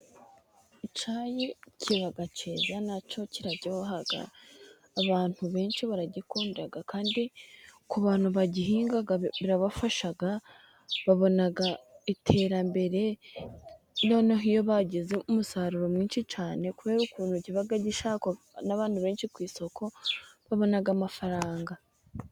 Icyayi kiba cyiza na cyo kiraryoha. Abantu benshi baragikunda. Kandi ku bantu bagihinga birabafasha babona iterambere, noneho iyo bagize umusaruro mwinshi cyane kubera ukuntu kiba gishakwa n'abantu benshi ku isoko babona amafaranga.